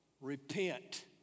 repent